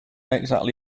exactly